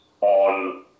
on